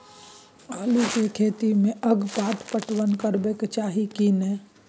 आलू के खेती में अगपाट पटवन करबैक चाही की नय?